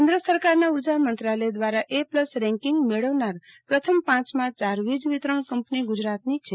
કેન્દ્ર સરકારના ઉર્જા મંત્રાલય દ્રારા એ પ્લસ રેકિંગ મેળવનાર પ્રથમ પાંચમાં યાર વીજ વિતરણ કંપની ગુજરાતની છે